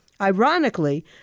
Ironically